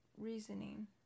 reasoning